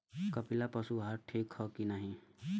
कपिला पशु आहार ठीक ह कि नाही?